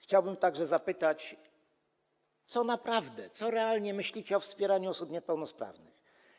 Chciałbym także zapytać, co naprawdę, co realnie myślicie o wspieraniu osób niepełnosprawnych.